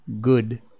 good